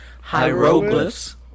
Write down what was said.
hieroglyphs